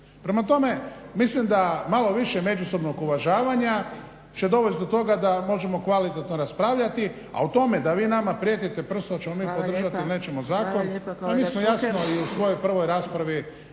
Prema tome, mislim da malo više međusobnog uvažavanja će dovest do toga da možemo kvalitetno raspravljati, a o tome da vi nama prijetite prstom, hoćemo li mi podržati ili nećemo zakon… **Zgrebec, Dragica